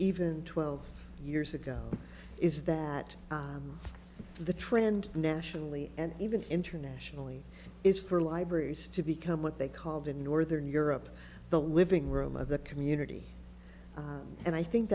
even twelve years ago is that the trend nationally and even internationally is for libraries to become what they called in northern europe the living room of the community and i think